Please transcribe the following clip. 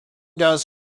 does